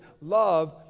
Love